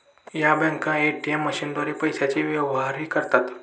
या बँका ए.टी.एम मशीनद्वारे पैशांचे व्यवहारही करतात